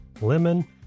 lemon